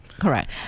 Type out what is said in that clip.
correct